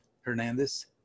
Hernandez